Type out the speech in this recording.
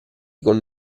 con